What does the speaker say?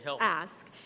ask